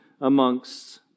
amongst